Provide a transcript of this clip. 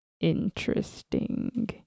interesting